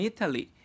Italy